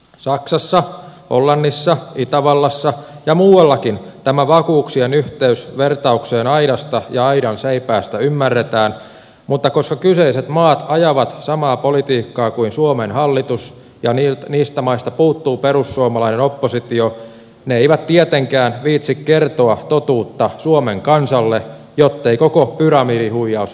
saksassa hollannissa itävallassa ja muuallakin tämä vakuuksien yhteys vertaukseen aidasta ja aidanseipäästä ymmärretään mutta koska kyseiset maat ajavat samaa politiikkaa kuin suomen hallitus ja niistä maista puuttuu perussuomalainen oppositio ne eivät tietenkään viitsi kertoa totuutta suomen kansalle jottei koko pyramidihuijaus romahtaisi